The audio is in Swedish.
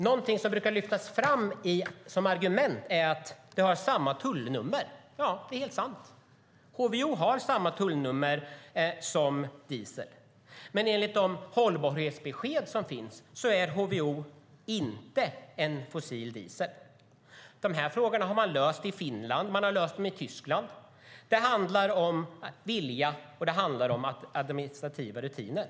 Något som brukar lyftas fram som argument är att HVO har samma tullnummer. Det är sant att HVO har samma tullnummer som diesel, men enligt de hållbarhetsbesked som finns är HVO inte fossil diesel. Dessa frågor har man löst i Finland och Tyskland. Det handlar om vilja och administrativa rutiner.